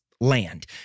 land